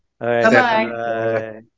Bye-bye